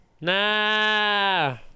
Nah